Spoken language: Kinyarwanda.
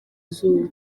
izuba